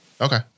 okay